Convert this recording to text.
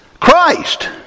Christ